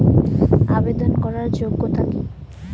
আবেদন করার যোগ্যতা কি?